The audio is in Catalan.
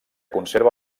conserva